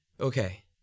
Okay